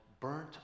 burnt